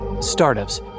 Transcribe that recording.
Startups